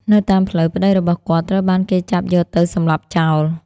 នៅតាមផ្លូវ ប្តីរបស់គាត់ត្រូវបានគេចាប់យកទៅសម្លាប់ចោល។